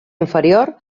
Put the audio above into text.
inferior